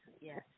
yes